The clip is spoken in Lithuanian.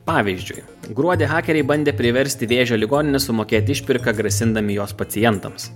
pavyzdžiui gruodį hakeriai bandė priversti vėžio ligoninę sumokėti išpirką grasindami jos pacientams